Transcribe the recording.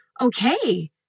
okay